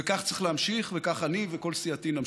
וכך צריך להמשיך, וכך אני וכל סיעתי נמשיך.